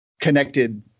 connected